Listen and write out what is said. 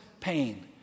pain